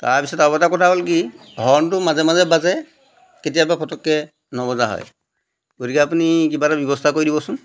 তাৰ পিছত আৰু এটা কথা হ'ল কি হৰ্ণটো মাজে মাজে বাজে কেতিয়াবা ফটককৈ নবজা হয় গতিকে আপুনি কিবা এটা ব্যৱস্থা কৰি দিবচোন